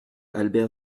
albert